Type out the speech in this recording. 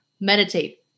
meditate